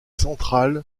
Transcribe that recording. centrale